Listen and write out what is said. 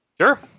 Sure